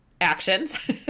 actions